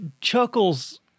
chuckles